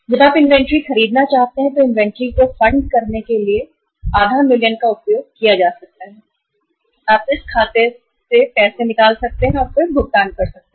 जब आप इन्वेंट्री खरीदना चाहते हैं तो इन्वेंट्री को फंड करने के लिए आधा मिलियन का उपयोग किया जा सकता है आप इस खाते से पैसे निकाल सकते हैं और फिर भुगतान कर सकते हैं